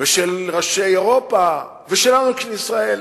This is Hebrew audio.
ושל ראשי אירופה ושלנו, של ישראל,